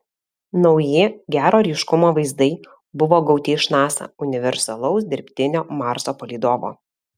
nauji gero ryškumo vaizdai buvo gauti iš nasa universalaus dirbtinio marso palydovo